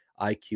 IQ